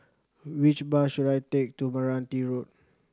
which bus should I take to Meranti Road